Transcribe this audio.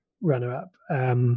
runner-up